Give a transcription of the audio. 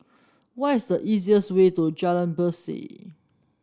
what is the easiest way to Jalan Berseh